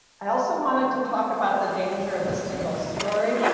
i also wanted to talk about the danger of a single story.